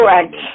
correct